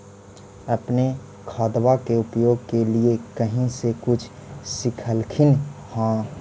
अपने खादबा के उपयोग के लीये कही से कुछ सिखलखिन हाँ?